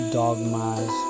dogmas